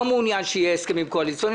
אני לא מעוניין שיהיו הסכמים קואליציוניים